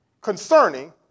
concerning